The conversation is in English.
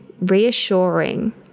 reassuring